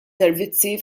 servizzi